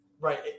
Right